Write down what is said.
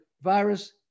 virus